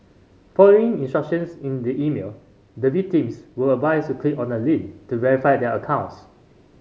following instructions in the email the victims were advised to click on a link to verify their accounts